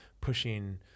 pushing –